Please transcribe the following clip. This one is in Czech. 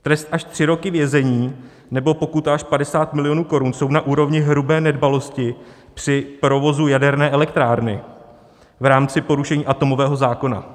Trest až tři roky vězení nebo pokuta až 50 milionů korun jsou na úrovni hrubé nedbalosti při provozu jaderné elektrárny v rámci porušení atomového zákona.